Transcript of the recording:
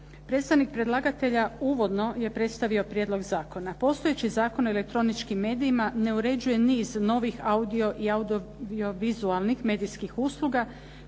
Predstavnik predlagatelja uvodno je predstavio prijedlog zakona. Postojeći Zakon o elektroničkim medijima ne uređuje niz novih audio i audio-vizualnih medijskih usluga